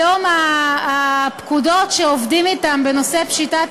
היום הפקודות שעובדים אתן בנושא פשיטת